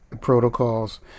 protocols